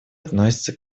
относится